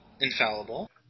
infallible